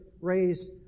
raised